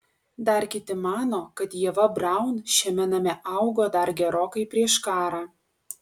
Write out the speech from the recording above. dar kiti mano kad ieva braun šiame name augo dar gerokai prieš karą